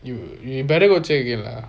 you you better go check again lah